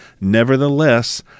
Nevertheless